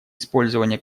использование